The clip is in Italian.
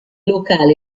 locale